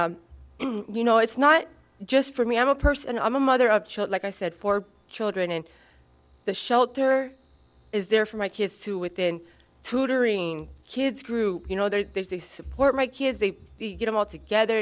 you know it's not just for me i'm a person i'm a mother of child like i said for children in the shelter is there for my kids to within tutoring kids group you know there's the support my kids they get them all together